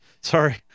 sorry